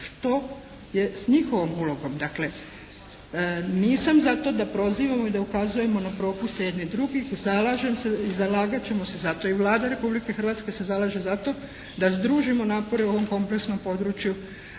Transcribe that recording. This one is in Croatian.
što je s njihovom ulogom. Dakle, nisam za to da prozivamo i da ukazujemo na propuste jedni drugih, zalažem se i zalagat ćemo se za to i Vlada Republike Hrvatske se zalaže za to da združimo napore u ovom kompleksnom području